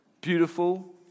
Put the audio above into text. beautiful